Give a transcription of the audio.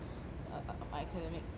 uh my academics